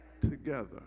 Together